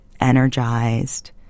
energized